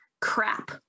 crap